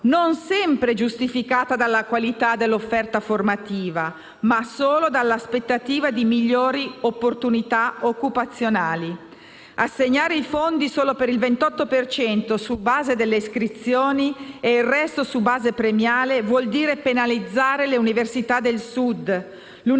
non sempre giustificata dalla qualità dell'offerta formativa, ma solo dall'aspettativa di migliori opportunità occupazionali. Assegnare i fondi solo per il 28 per cento su base delle iscrizioni e il resto su base premiale vuol dire penalizzare le università del Sud.